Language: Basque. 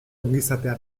ongizatea